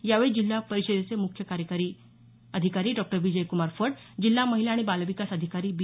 यावेळी जिल्हा परिषदेचे मुख्य कार्यकारी डॉक्टर विजयकुमार फड जिल्हा महिला आणि बालविकास अधिकारी बी